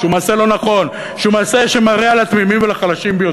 שהוא מעשה לא נכון,